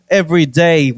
everyday